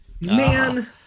man